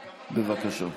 בבקשה.